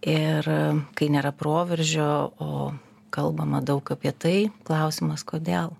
ir kai nėra proveržio o kalbama daug apie tai klausimas kodėl